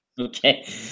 Okay